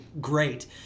great